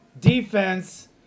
defense